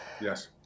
Yes